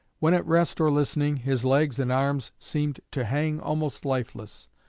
when at rest or listening, his legs and arms seemed to hang almost lifeless,